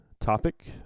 topic